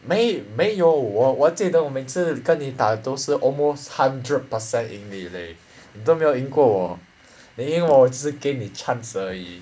没没有我我还记得我每次跟你打都是 almost hundred percent 赢你 leh 你都没有赢过我你赢我是给你 chance 而已